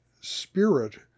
spirit